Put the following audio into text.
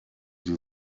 sie